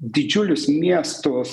didžiulius miestus